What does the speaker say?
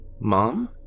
Mom